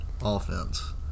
offense